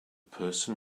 person